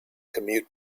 commute